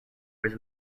was